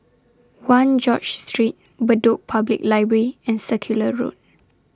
one George Street Bedok Public Library and Circular Road